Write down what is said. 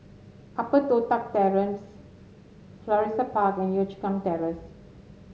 Upper Toh Tuck Terrace Florissa Park and Yio Chu Kang Terrace